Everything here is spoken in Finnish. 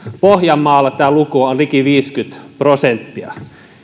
pohjanmaalla tämä luku on liki viisikymmentä prosenttia